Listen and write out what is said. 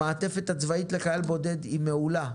המעטפת הצבאית לחייל בודד היא מעולה,